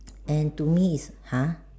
and to me is !huh!